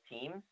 teams